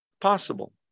Possible